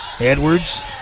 Edwards